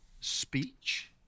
speech